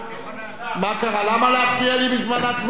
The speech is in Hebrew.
למה להפריע לי בזמן ההצבעה?